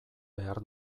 behar